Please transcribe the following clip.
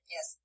Yes